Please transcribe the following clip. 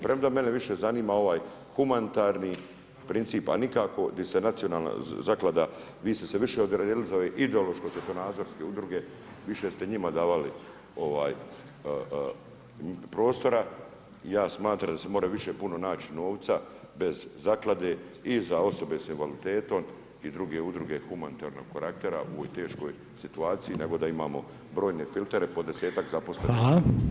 Premda mene više zanima ovaj humanitarni princip a nikako di se Nacionalna zaklada, vi ste se više odredili za ove ideološko svjetonazorske udruge, više ste njima davali prostora, ja smatram da se mora više puno naći novca bez zaklade i za osobe sa invaliditetom i druge udruge humanitarnog karaktera u ovoj teškoj situaciji nego da imamo brojne filtere po desetak zaposlenik…